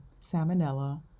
salmonella